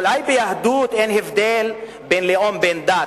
אולי ביהדות אין הבדל בין לאום לדת,